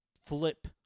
flip